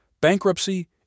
Bankruptcy